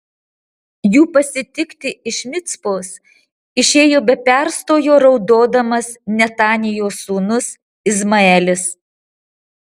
jų pasitikti iš micpos išėjo be perstojo raudodamas netanijos sūnus izmaelis